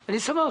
גם על הקנאביס,